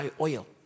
oil